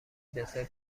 دسر